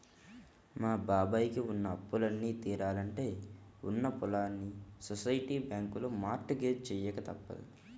మా బాబాయ్ కి ఉన్న అప్పులన్నీ తీరాలంటే ఉన్న పొలాల్ని సొసైటీ బ్యాంకులో మార్ట్ గేజ్ చెయ్యక తప్పదు